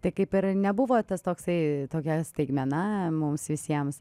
tai kaip ir nebuvo tas toksai tokia staigmena mums visiems